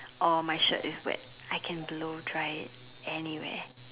or my shirt is wet I can blow dry it anywhere